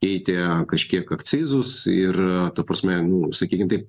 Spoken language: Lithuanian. keitė kažkiek akcizus ir ta prasme nu sakykim taip